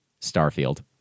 Starfield